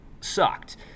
sucked